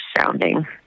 sounding